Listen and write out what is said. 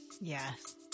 Yes